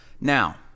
Now